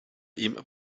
ihm